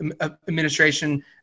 administration